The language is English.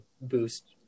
boost